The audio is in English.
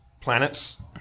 Planets